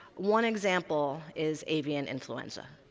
one example is avian influenza,